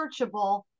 searchable